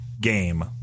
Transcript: game